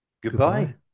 Goodbye